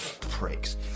Pricks